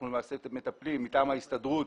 למעשה, אנחנו מטפלים מטעם ההסתדרות